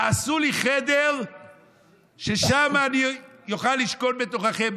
תעשו לי חדר ששם אני אוכל לשכון בתוככם,